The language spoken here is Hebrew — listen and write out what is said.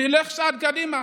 נלך צעד קדימה,